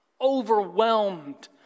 overwhelmed